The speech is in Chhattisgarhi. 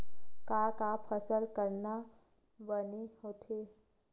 का का फसल करना बने होथे?